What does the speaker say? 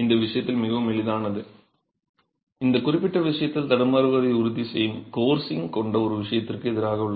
இந்த விஷயத்தில் மிகவும் எளிதானது இந்த குறிப்பிட்ட விஷயத்தில் தடுமாறுவதை உறுதிசெய்யும் கோர்சிங் கொண்ட ஒரு விஷயத்திற்கு எதிராக உள்ளது